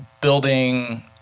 building